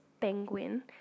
Penguin